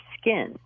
skin